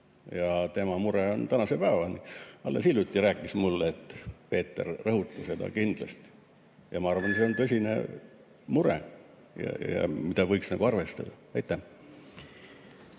ja tema mure on see tänase päevani. Alles hiljuti rääkis mulle, et Peeter, rõhuta seda kindlasti. Ma arvan, et see on tõsine mure, mida võiks arvestada. Aitäh!